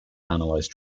analyze